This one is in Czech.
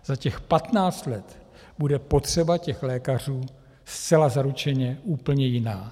Za těch patnáct let bude potřeba těch lékařů zcela zaručeně úplně jiná.